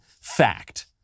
Fact